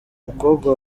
umukobwa